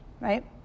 right